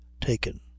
taken